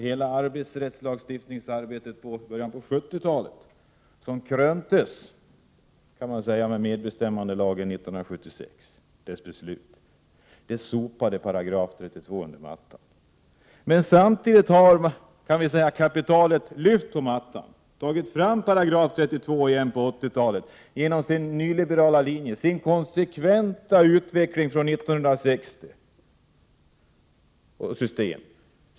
Hela arbetsrättslagstiftningens arbete i början av 1970-talet, som kröntes med medbestämmandelagen 1976, sopade § 32 under mattan. Men samtidigt har kapitalet lyft på mattan och på 1980-talet tagit fram § 32 igen och detta med hjälp av den nyliberala linjen som konsekvent har utvecklats från 1960-talet.